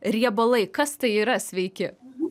riebalai kas tai yra sveiki